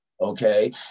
Okay